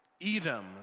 Edom